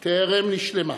טרם נשלמה